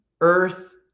earth